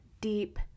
deep